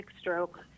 stroke